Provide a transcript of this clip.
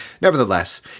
Nevertheless